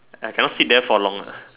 I cannot sit there for long lah